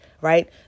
right